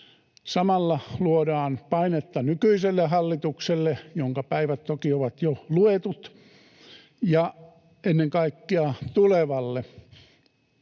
Samalla luodaan painetta nykyiselle hallitukselle, jonka päivät toki ovat jo luetut, ja ennen kaikkea tulevalle.